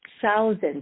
thousands